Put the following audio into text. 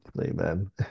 Amen